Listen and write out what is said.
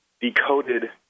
decoded